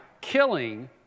killing